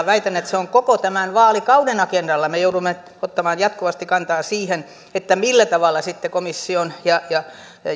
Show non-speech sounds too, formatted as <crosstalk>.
<unintelligible> väitän että se on koko tämän vaalikauden agendalla me joudumme ottamaan jatkuvasti kantaa siihen millä tavalla komission